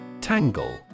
Tangle